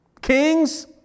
Kings